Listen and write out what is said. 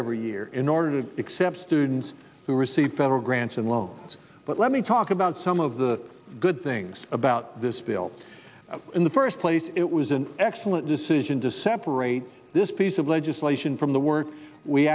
every year in order to accept students who are the federal grants and loans but let me talk about some of the good things about this bill in the first place it was an excellent decision to separate this piece of legislation from the work we